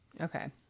Okay